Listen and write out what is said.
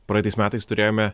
praeitais metais turėjome